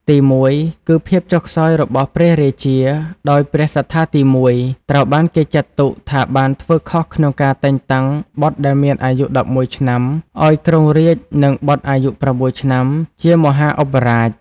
ទីមួយគឺ ភាពចុះខ្សោយរបស់ព្រះរាជា ដោយព្រះសត្ថាទី១ ត្រូវបានគេចាត់ទុកថាបានធ្វើខុសក្នុងការតែងតាំងបុត្រដែលមានអាយុ ១១ ឆ្នាំឱ្យគ្រងរាជ្យ និងបុត្រអាយុ ៦ ឆ្នាំជាមហាឧបរាជ។